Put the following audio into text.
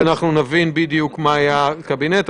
אנחנו נבין בדיוק מה היה בקבינט.